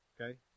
Okay